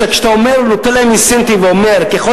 שכשאתה נותן להם אינסנטיב ואומר: ככל